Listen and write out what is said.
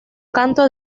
canto